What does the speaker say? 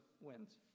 wins